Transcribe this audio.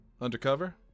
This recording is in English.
Undercover